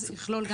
קיבלתי...